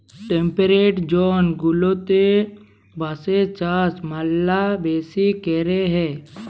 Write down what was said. temperate zone গুলাতে বাঁশের চাষ ম্যালা বেশি ক্যরে হ্যয়